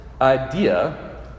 idea